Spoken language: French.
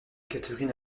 katherine